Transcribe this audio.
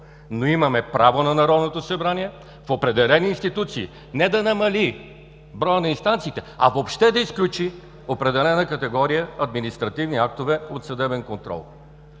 но имаме право на Народното събрание в определени институции не да намали броя на инстанциите, а въобще да изключи определена категория административни актове от съдебен контрол.